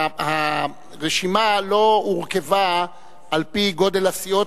הרשימה לא הורכבה על-פי גודל הסיעות